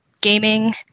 gaming